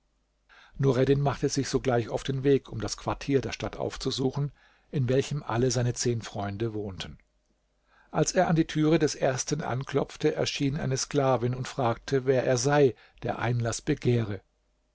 nureddin machte sich sogleich auf den weg um das quartier der stadt aufzusuchen in welchem alle seine zehn freunde wohnten als er an der türe des ersten anklopfte erschien eine sklavin und fragte wer er sei der einlaß begehre